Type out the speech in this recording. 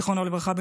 זיכרונו לברכה,